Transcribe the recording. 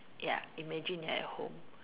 ya imagine you're at home